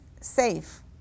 safe